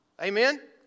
Amen